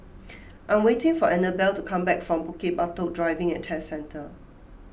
I am waiting for Annabel to come back from Bukit Batok Driving and Test Centre